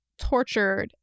tortured